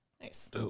nice